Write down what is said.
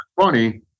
funny